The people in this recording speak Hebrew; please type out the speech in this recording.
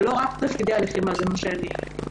זה לא רק תפקידי הלחימה, זה מה שאני אומרת.